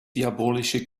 diabolische